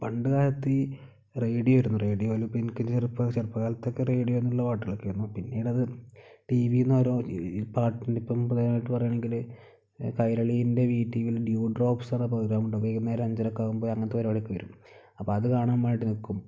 പണ്ട് കാലത്ത് ഈ റേഡിയ വരുന്നു റേഡിയോയിൽ ഇപ്പം എനിക്ക് ചെറുപ്പം ചെറുപ്പകാലത്തൊക്കെ റേഡിയോയിൽ നിന്നുള്ള പാട്ടുകളൊക്കെ ആയിരുന്നു പിന്നീട് അത് ടിവിയിൽ നിന്ന് ഓരോ ഈ പാട്ടിന് ഇപ്പം പ്രധാമായിട്ട് പറയുകയാണെങ്കിൽ കൈരളിൻ്റെ വി ടിവിയിൽ ഡ്യൂ ഡ്രോപ്പസ് എന്ന പ്രോഗ്രാമുണ്ട് വൈകുന്നേരം അഞ്ചരയൊക്കെ ആകുമ്പോൾ അങ്ങനത്തെ പരിപാടിയൊക്കെ വരും അപ്പം അത് കാണാൻ വേണ്ടി നിൽക്കും